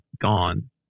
gone